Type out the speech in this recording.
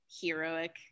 heroic